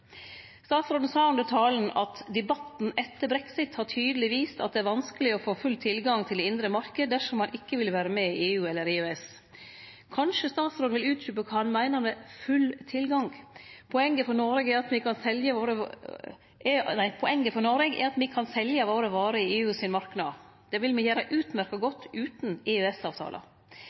Statsråden sa i talen: «Debatten etter brexit har tydelig vist at det er vanskelig å få full tilgang til det indre marked dersom man ikke vil være med i EU eller EØS.» Kanskje statsråden vil utdjupe kva han meiner med «full tilgang»? Poenget for Noreg er at me kan selje våre varer i EUs marknad. Det vil me gjere utmerkt godt